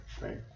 right